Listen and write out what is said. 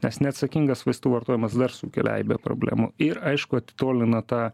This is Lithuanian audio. nes neatsakingas vaistų vartojimas dar sukelia aibę problemų ir aišku atitolina tą